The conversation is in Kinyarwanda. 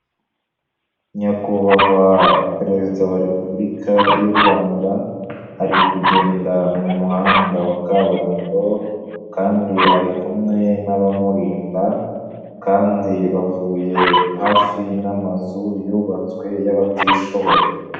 Nyakubahwa Perezida wa Repubulika y'u Rwanda ari kugenda mu muhanda wa kaburimbo kandi ari kumwe n'abamurinda kandi bavuye hafi n'amazu yubatswe y'abatishoboye.